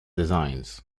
designs